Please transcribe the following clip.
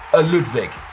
a ludwig,